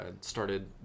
started